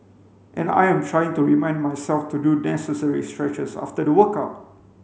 and I am trying to remind myself to do necessary stretches after the workout